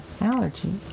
Allergy